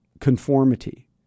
conformity